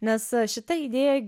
nes šita idėja